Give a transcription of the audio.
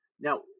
Now